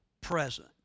present